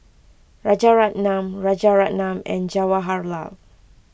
Rajaratnam Rajaratnam and Jawaharlal